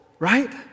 Right